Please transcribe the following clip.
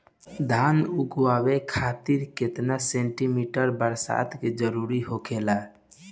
धान उगावे खातिर केतना सेंटीमीटर बरसात के जरूरत होखेला?